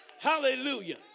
Hallelujah